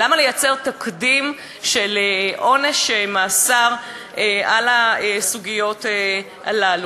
למה ליצור תקדים של עונש מאסר בסוגיות האלה?